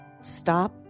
stop